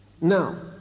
Now